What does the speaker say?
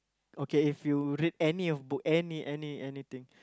okay if you read any of book any any anything